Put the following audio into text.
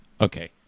okay